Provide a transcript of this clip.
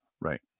Right